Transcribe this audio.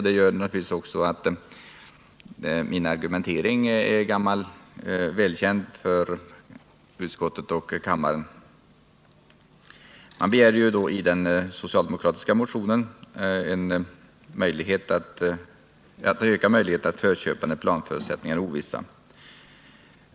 Det gör naturligtvis att min argumentering är gammal och välkänd för utskottet och kammaren. Man begär i den socialdemokratiska motionen en översyn av förköpslagen för att öka möjligheterna till förköp när planförutsättningarna är ovissa.